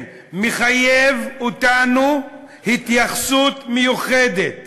-- מחייבים אותנו התייחסות מיוחדת